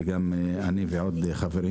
ואני ועוד חברים,